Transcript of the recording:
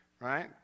right